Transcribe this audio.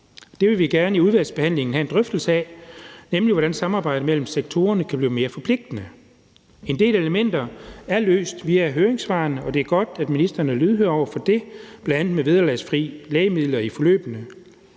Det vil vi gerne i udvalgsbehandlingen have en drøftelse af, nemlig hvordan samarbejdet mellem sektorerne kan blive mere forpligtende. En del elementer er løst via høringssvarene, og det er godt, at ministeren er lydhør over for det, bl.a. med vederlagsfri lægemidler i forløbene,